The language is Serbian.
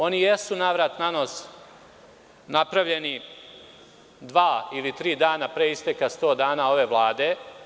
Oni jesu navrat na nos napravljeni, dva ili tri dana pre isteka 100 dana ove Vlade.